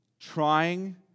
trying